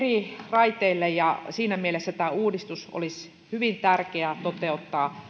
raiteille ja siinä mielessä tämä uudistus olisi hyvin tärkeä toteuttaa